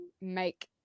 make